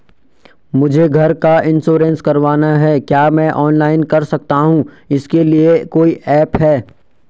मुझे घर का इन्श्योरेंस करवाना है क्या मैं ऑनलाइन कर सकता हूँ इसके लिए कोई ऐप है?